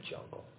jungle